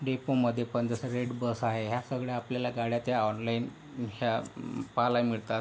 डेपोमध्ये पण जसं रेडबस आहे ह्या सगळ्या आपल्याला गाड्या त्या ऑनलाईन ह्या पाहायला मिळतात